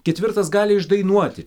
ketvirtas gali išdainuoti